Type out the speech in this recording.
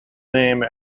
name